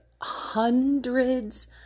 hundreds